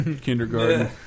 kindergarten